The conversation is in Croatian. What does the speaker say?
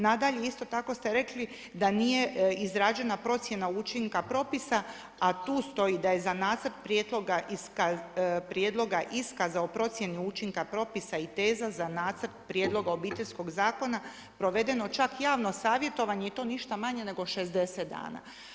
Nadalje isto tako ste rekli da nije izrađena procjena učinka propisa, a tu stoji da je za Nacrt prijedloga iskaza o procjeni učinka propisa i teza za Nacrt prijedloga Obiteljskog zakona provedeno čak javno savjetovanje i to ništa manje nego 60 dana.